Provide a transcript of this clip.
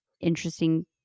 interesting